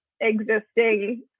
existing